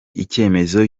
icyemezo